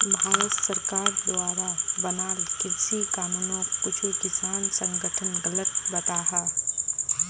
भारत सरकार द्वारा बनाल कृषि कानूनोक कुछु किसान संघठन गलत बताहा